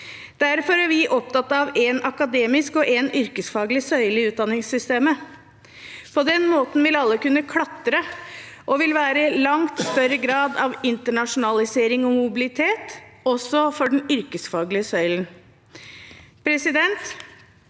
Derfor er vi opptatt av en akademisk og en yrkesfaglig søyle i utdanningssystemet. På den måten vil alle kunne klatre, og det vil være langt større grad av internasjonalisering og mobilitet også for den yrkesfaglige søylen. Framtiden